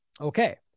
Okay